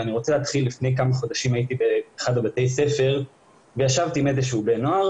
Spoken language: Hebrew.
לפני כמה חודשים הייתי באחד מבתי הספר וישבתי עם בן נוער